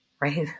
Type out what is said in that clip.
right